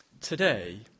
Today